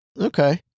Okay